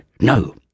No